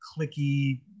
clicky